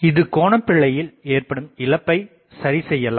இது கோணபிழையில் ஏற்படும் இழப்பை சரி செய்யலாம்